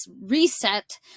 reset